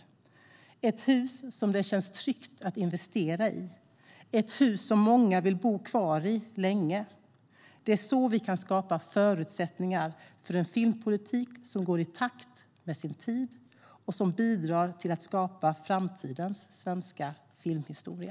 Det är ett hus som det känns tryggt att investera i och som många vill bo kvar i länge. Det är så vi kan skapa förutsättningar för en filmpolitik som går i takt med sin tid och som bidrar till att skapa framtidens svenska filmhistoria.